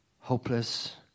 hopeless